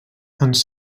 ens